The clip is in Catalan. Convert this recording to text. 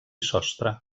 sostre